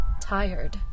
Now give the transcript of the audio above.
tired